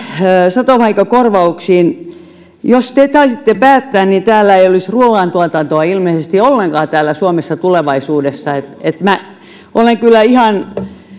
satovahinkokorvauksiin jos te te saisitte päättää niin täällä suomessa ei olisi ruuantuotantoa ilmeisesti ollenkaan tulevaisuudessa minä olen kyllä